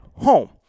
home